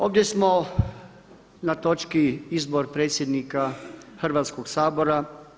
Ovdje smo na točki izbor predsjednika Hrvatskog sabora.